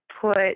put